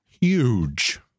huge